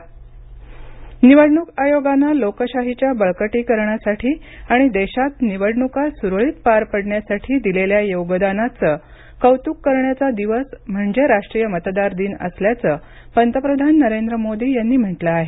पंतप्रधान मतदार दिन निवडणूक आयोगानं लोकशाहीच्या बळकटीकरणासाठी आणि देशात निवडणूका सुरळीत पार पडण्यासाठी दिलेल्या योगदानाचं कौतुक करण्याचा दिवस म्हणजे राष्ट्रीय मतदार दिन असल्याचं पंतप्रधान नरेंद्र मोदी यांनी म्हटलं आहे